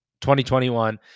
2021